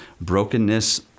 brokenness